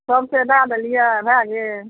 सबके दय देलिए भए गेल